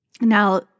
now